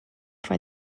for